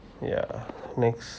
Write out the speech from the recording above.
ya next